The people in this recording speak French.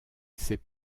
ses